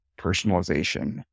personalization